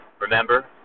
remember